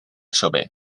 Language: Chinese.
设备